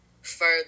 further